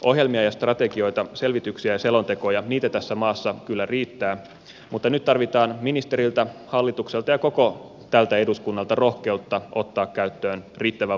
ohjelmia ja strategioita selvityksiä ja selontekoja tässä maassa kyllä riittää mutta nyt tarvitaan ministeriltä hallitukselta ja koko tältä eduskunnalta rohkeutta ottaa käyttöön riittävän vahvoja toimenpiteitä